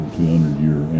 200-year